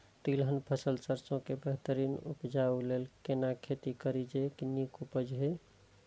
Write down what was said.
तिलहन फसल सरसों के बेहतरीन उपजाऊ लेल केना खेती करी जे नीक उपज हिय?